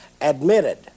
admitted